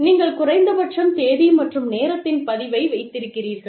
நீங்கள் குறைந்தபட்சம் தேதி மற்றும் நேரத்தின் பதிவை வைத்திருக்கிறீர்கள்